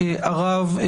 אדוני.